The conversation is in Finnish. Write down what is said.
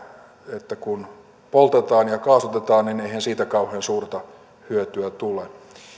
että kun poltetaan ja kaasutetaan niin eihän siitä kauhean suurta hyötyä tule